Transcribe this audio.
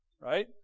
right